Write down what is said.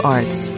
Arts